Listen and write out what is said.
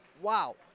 Wow